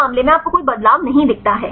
इस मामले में आपको कोई बदलाव नहीं दिखता है